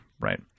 right